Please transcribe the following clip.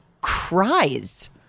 cries